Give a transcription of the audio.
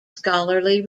scholarly